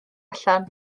allan